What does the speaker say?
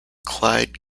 clyde